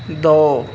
ਦੋ